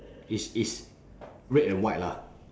it's it's red and white lah